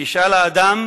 וישאל האדם